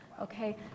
okay